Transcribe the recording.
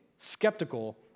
skeptical